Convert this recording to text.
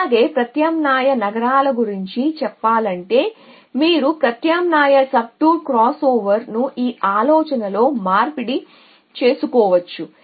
అలాగే ప్రత్యామ్నాయ నగరాల గురించి చెప్పాలంటే మీరు ప్రత్యామ్నాయ సబ్టూర్ క్రాస్ఓవర్ను ఈ ఆలోచనలో మార్పిడి చేసుకోవచ్చు